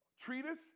treatise